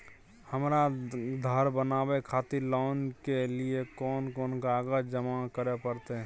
हमरा धर बनावे खातिर लोन के लिए कोन कौन कागज जमा करे परतै?